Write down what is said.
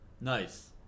Nice